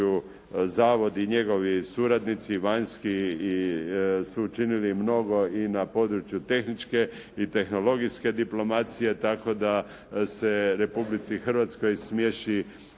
zavod i njegovi suradnici, vanjski su učinili mnogo na području tehničke i tehnologijske diplomacije, tako da se Republici Hrvatskoj smiješi